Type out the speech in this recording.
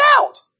out